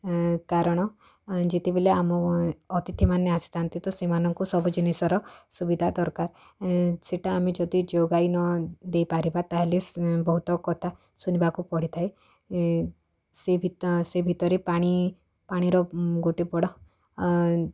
କାରଣ ଯେତେବେଳେ ଆମ ଅତିଥିମାନେ ଆସିଥାନ୍ତି ତ ସେମାନଙ୍କୁ ସବୁ ଜିନିଷର ସୁବିଧା ଦରକାର ସେଇଟା ଆମେ ଯଦି ଯୋଗାଇ ନ ଦେଇ ପାରିବା ତାହେଲେ ବହୁତ କଥା ଶୁଣିବାକୁ ପଡ଼ିଥାଏ ସେ ଭିତରେ ପାଣି ପାଣିର ଗୋଟେ ବଡ଼